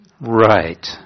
right